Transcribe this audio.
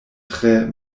tre